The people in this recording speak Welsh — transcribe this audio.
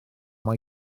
mae